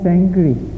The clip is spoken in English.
angry